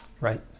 Right